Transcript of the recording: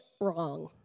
wrong